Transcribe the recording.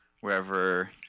wherever